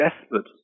desperate